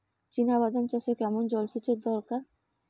চিনাবাদাম চাষে কেমন জলসেচের দরকার?